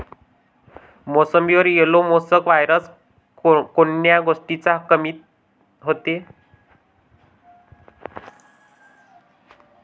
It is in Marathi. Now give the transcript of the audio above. मोसंबीवर येलो मोसॅक वायरस कोन्या गोष्टीच्या कमीनं होते?